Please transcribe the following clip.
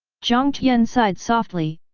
jiang tian sighed softly,